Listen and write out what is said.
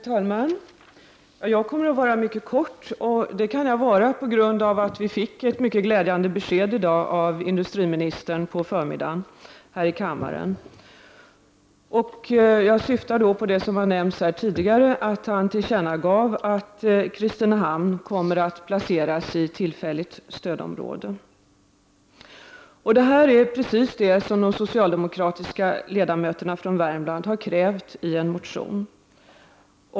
Herr talman! Jag kommer att fatta mig mycket kort, och det kan jag göra på grund av det glädjande besked som industriministern lämnade i sitt anförande här i kammaren på förmiddagen. Jag syftar på att han, som tidigare talare har nämnt, tillkännagav att Kristinehamn tillfälligt kommer att placeras i stödområde. Det är just vad de socialdemokratiska ledamöterna från Värmland har krävt i en motion.